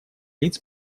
лиц